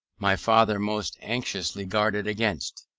my father most anxiously guarded against.